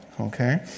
Okay